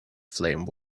flame